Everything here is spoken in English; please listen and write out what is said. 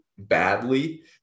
badly